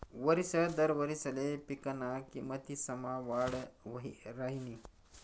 वरिस दर वारिसले पिकना किमतीसमा वाढ वही राहिनी